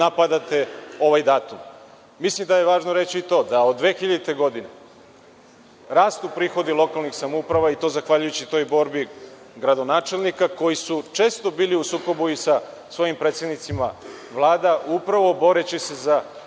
napadate ovaj datum. Mislim da je važno reći i to da od 2000. godine rastu prihodi lokalnih samouprava, i to samo zahvaljujući toj borbi gradonačelnika koji su često bili u sukobu sa svojim predsednicima vlada, upravo boreći se za